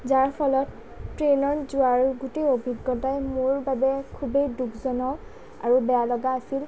যাৰ ফলত ট্ৰেইনত যোৱাৰ গোটেই অভিজ্ঞতাই মোৰ বাবে খুবেই দুখজনক আৰু বেয়া লগা আছিল